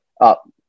up